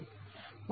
संदर्भ वेळ 2310